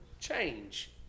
change